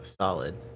solid